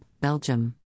Belgium